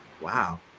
Wow